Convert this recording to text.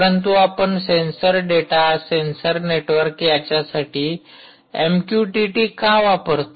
परंतु आपण sensor data sensor network याच्यासाठी एमक्यूटीटी का वापरतो